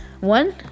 One